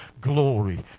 Glory